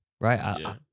Right